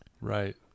Right